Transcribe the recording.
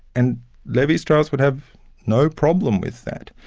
and levi-strauss would have no problem with that.